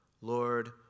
Lord